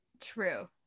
True